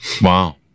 Wow